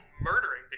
murdering